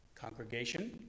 Congregation